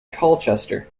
colchester